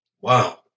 Wow